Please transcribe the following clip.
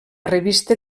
revista